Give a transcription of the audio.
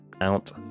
out